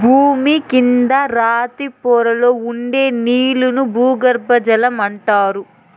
భూమి కింద రాతి పొరల్లో ఉండే నీళ్ళను భూగర్బజలం అంటారు